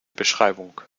beschreibung